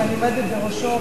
ואני עומדת בראשו,